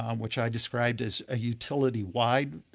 um which i described as a utility wide